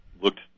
looked